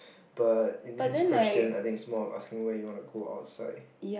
but in this question I think it's more of asking where you want to go outside